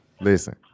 Listen